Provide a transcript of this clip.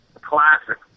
classic